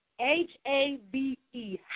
H-A-B-E